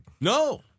No